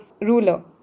ruler